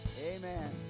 Amen